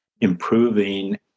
improving